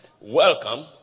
Welcome